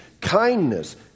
kindness